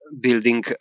building